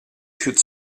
should